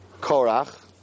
Korach